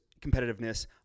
competitiveness